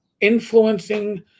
influencing